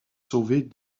sauvés